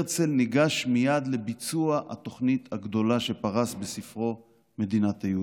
הרצל ניגש מייד לביצוע התוכנית הגדולה שפרס בספרו "מדינת היהודים".